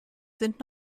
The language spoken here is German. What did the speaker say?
sind